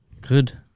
Good